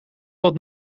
wat